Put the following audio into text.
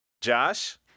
Josh